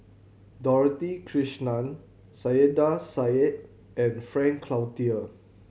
Dorothy Krishnan Saiedah Said and Frank Cloutier